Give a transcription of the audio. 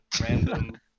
random